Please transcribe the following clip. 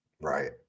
Right